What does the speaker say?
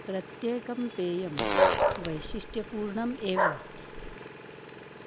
प्रत्येकं पेयं वैशिष्ट्यपूर्णम् एव अस्ति